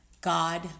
God